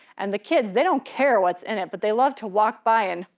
and the kids, they don't care what's in it, but they love to walk by and